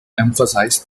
emphasized